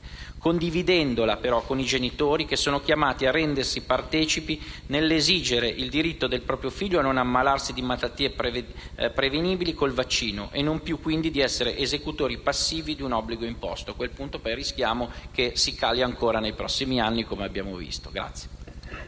condividendola però con i genitori che sono chiamati a rendersi partecipi nell'esigere il diritto del proprio figlio di non ammalarsi di malattie prevenibili col vaccino e non più, quindi, ad essere esecutori passivi di un obbligo imposto, nel qual caso si rischia un ulteriore calo delle vaccinazioni nei prossimi anni, come quello che